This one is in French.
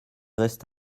resta